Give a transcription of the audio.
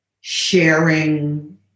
sharing